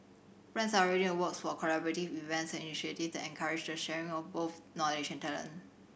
plans are already in the works for collaborative events and initiatives that encourage the sharing of both knowledge and talent